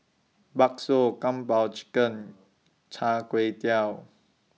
Bakso Kung Po Chicken Chai Kuay Tow